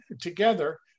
together